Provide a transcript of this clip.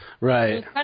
Right